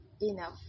enough